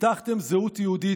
הבטחתם זהות יהודית.